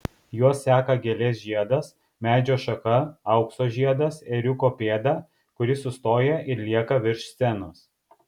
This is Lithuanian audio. juos seka gėlės žiedas medžio šaka aukso žiedas ėriuko pėda kuri sustoja ir lieka virš scenos